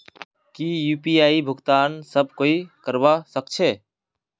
की यु.पी.आई भुगतान सब कोई ई करवा सकछै?